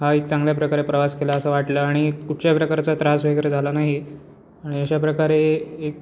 हा एक चांगल्या प्रकारे प्रवास केला असं वाटला आणि कुठशाही प्रकारचा त्रास वगैरे झाला नाही आणि अशाप्रकारे एक